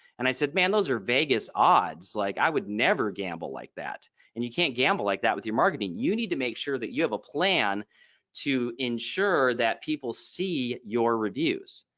and i said man those are vegas odds like i would never gamble like that and you can't gamble like that with your marketing. you need to make sure that you have a plan to ensure that people see your reviews.